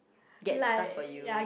get stuff for you